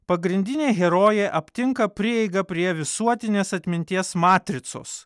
pagrindinė herojė aptinka prieigą prie visuotinės atminties matricos